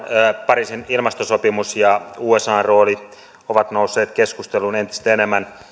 pariisin ilmastosopimus ja usan rooli ovat nousseet keskusteluun entistä enemmän